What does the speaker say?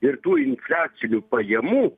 ir tų infliacinių pajamų